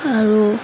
আৰু